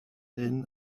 hyn